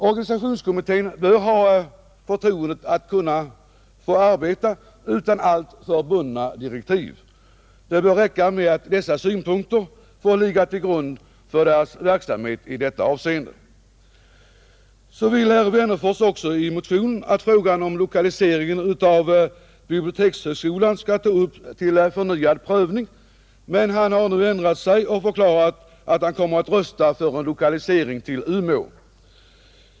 Organisationskommittén bör ha förtroendet att få arbeta utan alltför bundna direktiv. Det bör räcka med att dessa synpunkter får ligga till grund för kommitténs verksamhet i detta avseende. Så vill herr Wennerfors i motionen också att frågan om lokaliseringen av bibliotekshögskolan skall tas upp till förnyad prövning. Men han har nu ändrat sig och förklarat att han kommer att rösta för en lokalisering till Umeå.